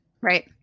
right